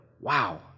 wow